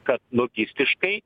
kad logistiškai